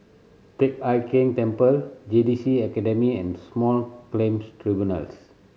Teck Hai Keng Temple J T C Academy and Small Claims Tribunals